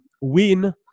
win